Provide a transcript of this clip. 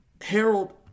Harold